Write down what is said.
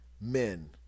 men